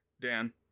Dan